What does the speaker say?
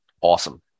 Awesome